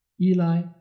Eli